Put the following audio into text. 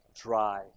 dry